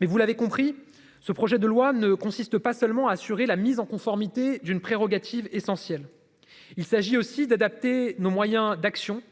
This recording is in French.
mais vous l'avez compris, ce projet de loi ne consiste pas seulement à assurer la mise en conformité d'une prérogative essentielle. Il s'agit aussi d'adapter nos moyens d'action